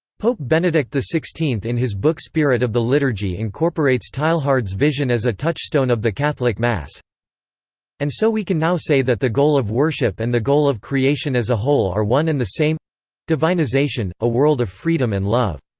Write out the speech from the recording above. pope benedict xvi in his book spirit of the liturgy incorporates teilhard's vision as a touchstone of the catholic mass and so we can now say that the goal of worship and the goal of creation as a whole are one and the same divinization, a world of freedom and love.